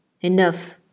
Enough